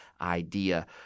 idea